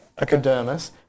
epidermis